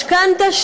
משכנתה,